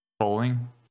Bowling